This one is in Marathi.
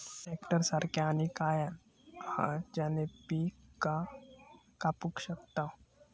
ट्रॅक्टर सारखा आणि काय हा ज्याने पीका कापू शकताव?